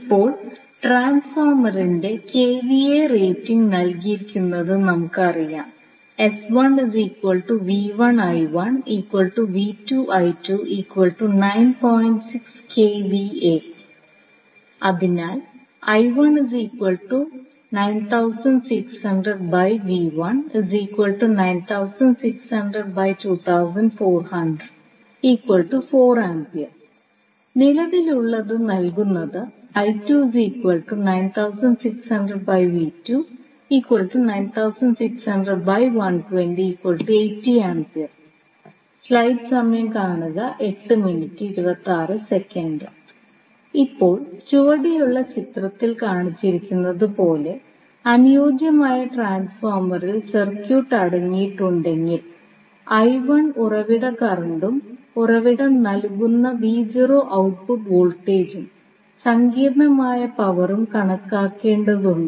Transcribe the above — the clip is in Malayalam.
ഇപ്പോൾ ട്രാൻസ്ഫോർമറിന്റെ കെവിഎ റേറ്റിംഗ് നൽകിയിരിക്കുന്നത് നമുക്കറിയാം അതിനാൽ നിലവിലുള്ളത് നൽകുന്നത് ഇപ്പോൾ ചുവടെയുള്ള ചിത്രത്തിൽ കാണിച്ചിരിക്കുന്നതുപോലെ അനുയോജ്യമായ ട്രാൻസ്ഫോർമറിൽ സർക്യൂട്ട് അടങ്ങിയിട്ടുണ്ടെങ്കിൽ ഉറവിട കറന്റും ഉറവിടം നൽകുന്ന ഔട്ട്പുട്ട് വോൾട്ടേജും സങ്കീർണ്ണമായ പവറും കണക്കാക്കേണ്ടതുണ്ട്